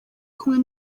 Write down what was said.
kumwe